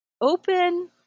open